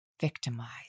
victimized